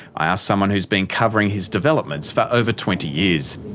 i asked someone who's been covering his developments for over twenty years